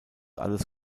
alles